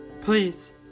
Please